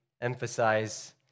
emphasize